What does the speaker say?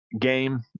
game